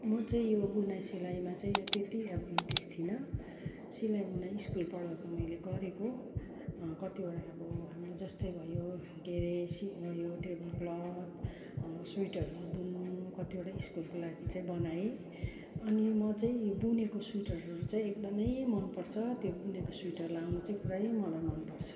म चाहिँ यो बुनाइ सिलाइमा चाहिँ त्यति अब इन्ट्रेस्ट थिइन सिलाई बुनाइ स्कुल पढाउँदा मैले गरेको कतिवटा अब हामीले जस्तै भयो के अरे सी भयो टेबल क्लोथ स्वेटरहरू बुन्नु कतिवटा स्कुलको लागि चाहिँ बनाएँ अनि म चाहिँ यो बुनेको स्वेटरहरू चाहिँ एकदमै मनपर्छ त्यो बुनेको स्वेटर लाउनु चाहिँ पुरै मलाई मनपर्छ